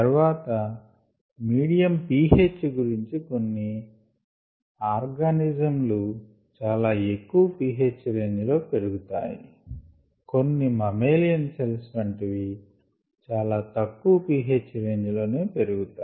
తర్వాత medium pH గురించి కొన్ని ఆర్గానిజం లు చాల ఎక్కువ pH రేంజ్ లో పెరుగుతాయి కొన్ని మమ్మేలియన్ సెల్స్ వంటివి చాలా తక్కువ pH రేంజ్ లోనే పెరుగుతాయి